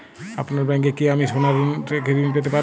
আপনার ব্যাংকে কি আমি সোনা রেখে ঋণ পেতে পারি?